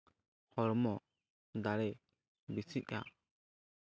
ᱦᱚᱲᱢᱚ ᱫᱟᱲᱮ ᱵᱮᱥᱤᱜᱼᱟ